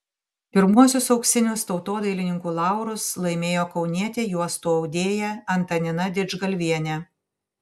pirmuosius auksinius tautodailininkų laurus laimėjo kaunietė juostų audėja antanina didžgalvienė